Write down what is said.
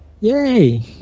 Yay